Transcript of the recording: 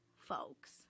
folks